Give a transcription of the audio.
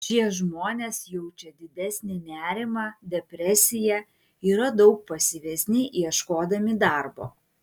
šie žmonės jaučia didesnį nerimą depresiją yra daug pasyvesni ieškodami darbo